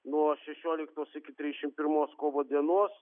nuo šešioliktos iki trisdešimt pirmos kovo dienos